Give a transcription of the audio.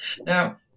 Now